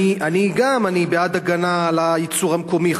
אני גם בעד הגנה על הייצור המקומי,